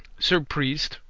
sir priest,